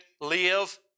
live